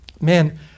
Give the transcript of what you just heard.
man